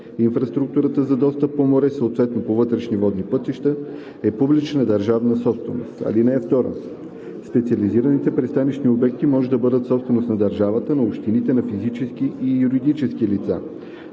Инфраструктурата за достъп по море, съответно по вътрешни водни пътища, е публична държавна собственост. (2) Специализираните пристанищни обекти може да бъдат собственост на държавата, на общините, на физически и юридически лица.“